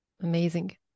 amazing